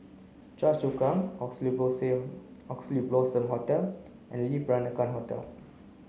Choa Chu Kang Oxley Oxley Blossom Hotel and Le Peranakan Hotel